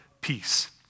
peace